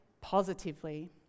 positively